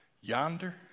Yonder